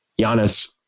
Giannis